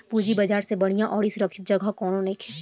पूंजी बाजार से बढ़िया अउरी सुरक्षित जगह कौनो नइखे